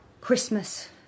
Christmas